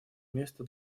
места